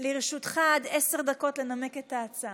לרשותך עד עשר דקות לנמק את ההצעה.